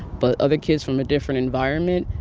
but other kids from a different environment,